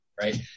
right